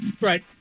Right